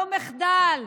לא מחדל,